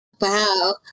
Wow